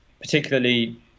particularly